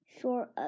sure